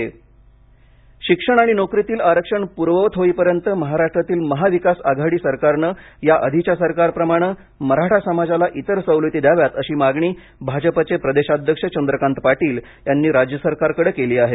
मराठा आरक्षण शिक्षण आणि नोकरीतील आरक्षण पूर्ववत होईपर्यंत महाराष्ट्रातील महाविकास आघाडी सरकारने या आधीच्या सरकारप्रमाणे मराठा समाजाला इतर सवलती द्याव्यात अशी मागणी भाजपचे प्रदेशाध्यक्ष चंद्रकांत पाटील यांनी राज्य सरकारकडे केली आहे